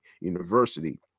University